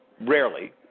rarely